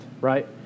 right